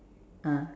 ah